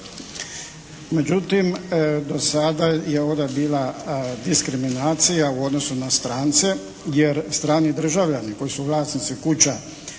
Međutim do sada je ona bila diskriminacija u odnosu na strance, jer strani državljani koji su vlasnici kuća